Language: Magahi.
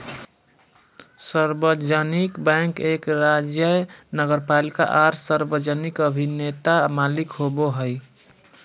सार्वजनिक बैंक एक राज्य नगरपालिका आर सार्वजनिक अभिनेता मालिक होबो हइ